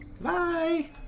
Bye